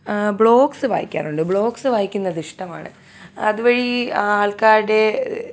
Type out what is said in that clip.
vlogs വായിക്കാറുണ്ട് vlogs വായിക്കുന്നതിഷ്ടമാണ് അതു വഴി ആൾക്കാരുടെ